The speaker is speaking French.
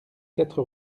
quatre